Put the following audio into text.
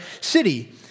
city